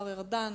השר ארדן.